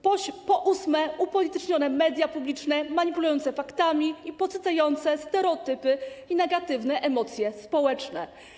Po ósme, upolitycznione media publiczne manipulujące faktami i podsycające stereotypy i negatywne emocje społeczne.